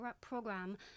program